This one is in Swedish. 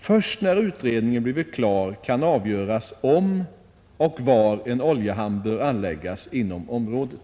Först när utredningen blivit klar kan avgöras om och var en oljehamn bör anläggas inom området.